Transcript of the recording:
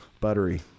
buttery